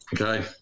Okay